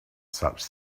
such